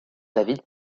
david